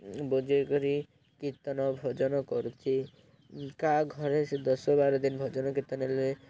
ବଜେଇ କରି କୀର୍ତ୍ତନ ଭଜନ କରୁଛି କାହା ଘରେ ସେ ଦଶ ବାର ଦିନ ଭଜନ କୀର୍ତ୍ତନ ହେଲେ